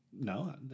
No